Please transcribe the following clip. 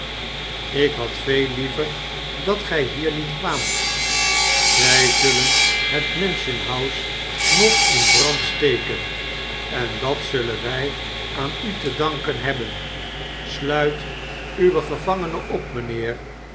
ik had veel hever dat gij niet hier kwaamt zij zullen hetmansion house nog in brand steken en dat zullen wij aan u te danken hebben sluit uw gevangene op mijnheer